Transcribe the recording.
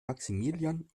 maximilian